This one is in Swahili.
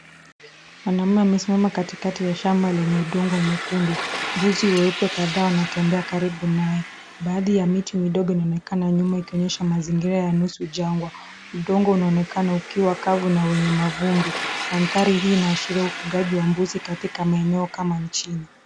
Mwanaume amesimama katikati ya shamba lenye udongo mwekundu. Mbuzi weupe kadhaa wanatembea karibu naye. Baadhi ya miti midogo inaonekana nyuma ikionyesha mazingira ya nusu jangwa. Udongo unaonekana ukiwa kavu na uwimavumbi. Mandhari hii inaashiria ufugaji wa mbuzi katika maeneo kama nchini.